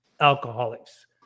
alcoholics